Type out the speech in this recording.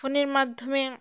ফোনের মাধ্যমে